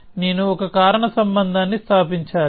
నేను ఒక కారణ సంబంధాన్ని స్థాపించాలి